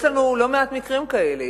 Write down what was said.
יש לנו לא מעט מקרים כאלה.